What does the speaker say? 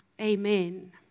Amen